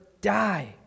die